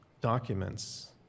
documents